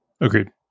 Agreed